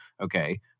okay